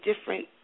different